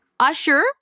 Usher